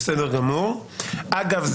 אגב,